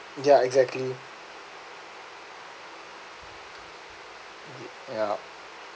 yeah exactly yeah